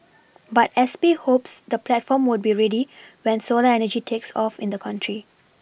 but S P hopes the platform would be ready when solar energy takes off in the country